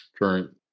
current